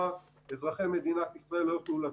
שנה וחצי ואזרחי מדינת ישראל לא יוכלו לטוס.